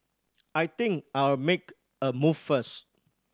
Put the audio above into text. I think I'll make a move first